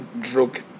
drug